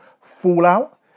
fallout